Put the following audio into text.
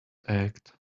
act